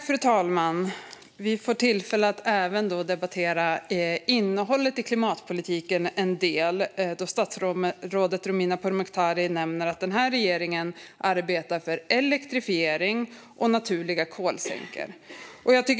Fru talman! Vi får även tillfälle att debattera innehållet i klimatpolitiken då statsrådet Romina Pourmokhtari nämner att regeringen arbetar för elektrifiering och naturliga kolsänkor.